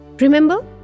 Remember